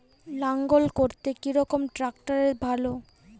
লাঙ্গল করতে কি রকম ট্রাকটার ভালো?